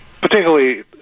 particularly